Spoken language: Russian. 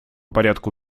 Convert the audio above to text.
порядку